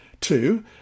Two